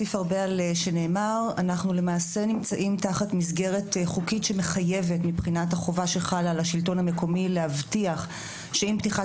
אנחנו נמצאים תחת מסגרת חוקית שמחייבת את השלטון המקומי להבטיח שעם פתיחת